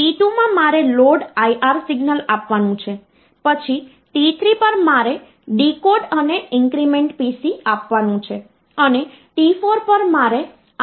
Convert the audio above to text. t2 માં મારે load IR signal આપવાનું છે પછી t3 પર મારે ડીકોડ અને ઇન્ક્રીમેન્ટ PC આપવાનું છે અને t4 પર મારે આ વાસ્તવિક ઓપરેશન કરવું પડશે